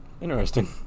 interesting